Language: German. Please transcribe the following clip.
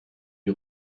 die